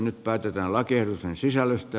nyt päätetään lakiehdotusten sisällöstä